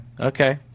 okay